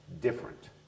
different